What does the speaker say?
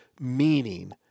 meaning